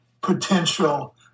potential